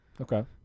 Okay